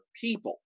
people